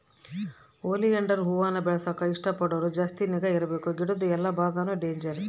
oleander ಹೂವಾನ ಬೆಳೆಸಾಕ ಇಷ್ಟ ಪಡೋರು ಜಾಸ್ತಿ ನಿಗಾ ಇರ್ಬಕು ಗಿಡುದ್ ಎಲ್ಲಾ ಬಾಗಾನು ಡೇಂಜರ್